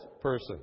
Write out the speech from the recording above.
person